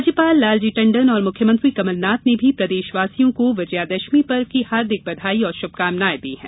राज्यपाल लालजी टंडन और मुख्यमंत्री कमल नाथ ने भी प्रदेशवासियों को विजयादशमी पर्व की हार्दिक बधाई और श्भकामनाएँ दी हैं